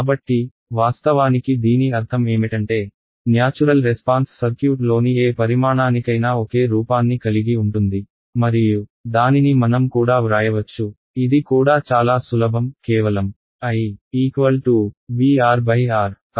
కాబట్టి వాస్తవానికి దీని అర్థం ఏమిటంటే న్యాచురల్ రెస్పాన్స్ సర్క్యూట్లోని ఏ పరిమాణానికైనా ఒకే రూపాన్ని కలిగి ఉంటుంది మరియు దానిని మనం కూడా వ్రాయవచ్చు ఇది కూడా చాలా సులభం కేవలం I VR R